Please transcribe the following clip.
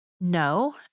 no